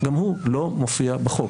גם הוא לא מופיע בחוק.